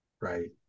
Right